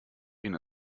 been